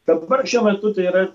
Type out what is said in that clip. dabar šiuo metu tai yra